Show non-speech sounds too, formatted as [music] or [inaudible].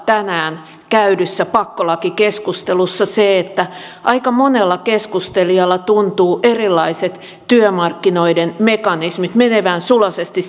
tänään käydyssä pakkolakikeskustelussa se että aika monella keskustelijalla tuntuvat erilaiset työmarkkinoiden mekanismit menevän suloisesti [unintelligible]